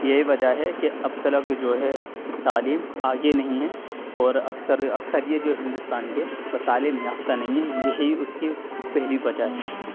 یہی وجہ ہے کہ اب تلک جو ہے تعلیم آگے نہیں ہے اور اکثر اکثر یہ جو ہندوستان کے وہ تعلیم یافتہ نہیں ہیں یہی اس کی پہلی وجہ ہے